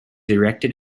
erected